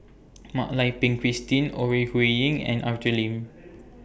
Mak Lai Peng Christine Ore Huiying and Arthur Lim